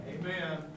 Amen